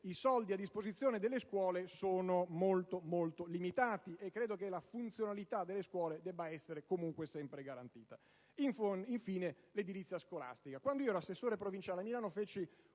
i soldi a disposizione delle scuole sono molto limitati e credo che la funzionalità delle scuole debba essere sempre e comunque garantita. Vi è, infine, il tema dell'edilizia scolastica. Quando ero assessore provinciale a Milano feci